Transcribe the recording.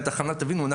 תבינו,